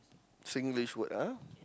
Singlish word ah